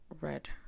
red